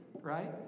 right